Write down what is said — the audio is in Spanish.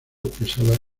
quesada